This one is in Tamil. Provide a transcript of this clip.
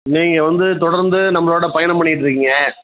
நீங்க வந்து தொடர்ந்து நம்மளோட பயணம் பண்ணிட்டுருக்கீங்க